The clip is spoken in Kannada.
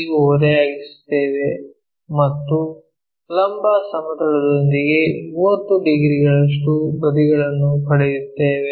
P ಗೆ ಓರೆಯಾಗಿಸುತ್ತೇವೆ ಮತ್ತು ಲಂಬ ಸಮತಲದೊಂದಿಗೆ 30 ಡಿಗ್ರಿಗಳಷ್ಟು ಬದಿಗಳನ್ನು ಪಡೆಯುತ್ತೇವೆ